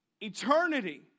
eternity